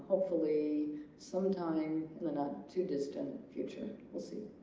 hopefully sometime in the not-too-distant future we'll see.